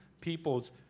people's